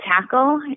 tackle